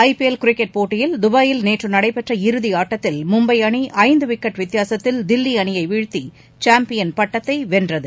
ஐ P L cricket போட்டியில் தபாயில் நேற்று நடைபெற்ற இறுதியாட்டத்தில் மும்பை அணி ஐந்து விக்கெட் வித்தியாசத்தில் தில்லி அணியை வீழத்தி சாம்பியன் பட்டத்தை வென்றது